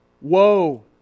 Woe